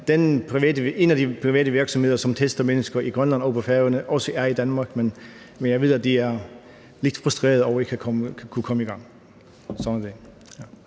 en af de private virksomheder, som tester mennesker i Grønland og på Færøerne, også er i Danmark, men jeg ved, at de er lidt frustrerede over ikke at kunne komme i gang.